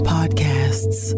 Podcasts